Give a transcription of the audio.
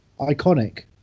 Iconic